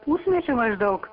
pusmečio maždaug